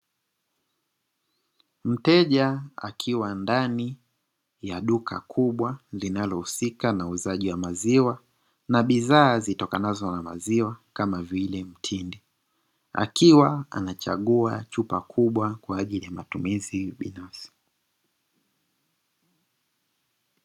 Mteja akiwa ndani ya duka kubwa linalohusika na uuzaji wa maziwa na bidhaa zitokanazo na maziwa, kama vile mtindi akiwa anachagua chupa kubwa kwa ajili ya matumizi binafsi.